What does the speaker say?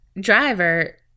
driver